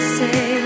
say